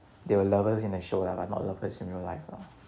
they were lovers in the show lah but not lovers in real life lah